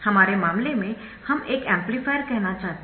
हमारे मामले में हम एक एम्पलीफायर कहना चाहते है